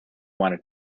wanted